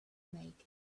make